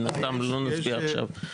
מן הסתם לא נצביע עכשיו,